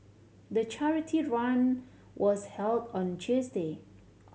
the charity run was held on Tuesday